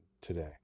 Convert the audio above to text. today